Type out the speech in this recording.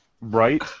Right